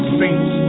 saints